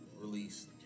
released